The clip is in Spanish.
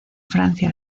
francia